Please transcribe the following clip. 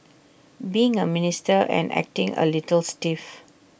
being A minister and acting A little stiff